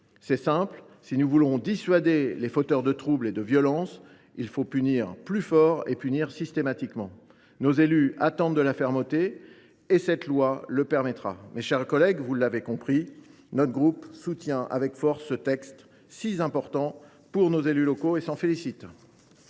C’est simple, si nous voulons dissuader les fauteurs de troubles et de violences, il faut punir plus fort et systématiquement. Nos élus attendent de la fermeté, et cette loi le permettra. Mes chers collègues, vous l’aurez compris, notre groupe soutient avec force ce texte si important pour nos élus locaux. La parole